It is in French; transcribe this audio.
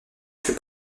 fut